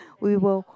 we were